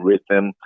rhythm